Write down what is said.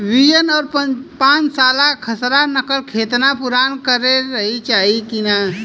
B one और पांचसाला खसरा नकल केतना पुरान रहे के चाहीं?